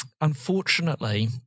Unfortunately